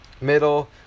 middle